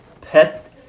Pet